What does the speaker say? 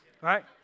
right